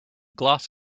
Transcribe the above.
gloss